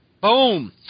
Boom